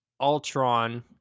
Ultron